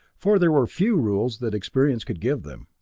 for there were few rules that experience could give them.